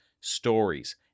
stories